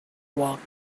walked